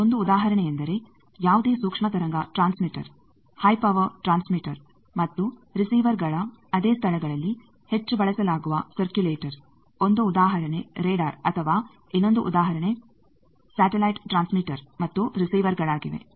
ಅದರ ಒಂದು ಉದಾಹರಣೆಯೆಂದರೆ ಯಾವುದೇ ಸೂಕ್ಷ್ಮತರಂಗ ಟ್ರಾನ್ಸ್ಮೀಟರ್ ಹೈ ಪವರ್ ಟ್ರಾನ್ಸ್ಮೀಟರ್ ಮತ್ತು ರಿಸಿವರ್ ಗಳ ಅದೇ ಸ್ಥಳಗಳಲ್ಲಿ ಹೆಚ್ಚು ಬಳಸಲಾಗುವ ಸರ್ಕ್ಯುಲೇಟರ್ ಒಂದು ಉದಾಹರಣೆ ರಾಡರ್ ಅಥವಾ ಇನ್ನೊಂದು ಉದಾಹರಣೆ ಸ್ಯಾಟಿಲೈಟ್ ಟ್ರಾನ್ಸ್ಮೀಟರ್ ಮತ್ತು ರಿಸಿವರ್ಗಳಾಗಿವೆ